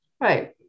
Right